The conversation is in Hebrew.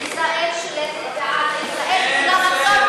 ישראל מטילה מצור על עזה.